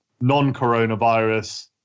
non-coronavirus